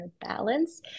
balance